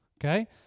Okay